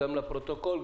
גם לפרוטוקול,